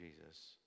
Jesus